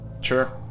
Sure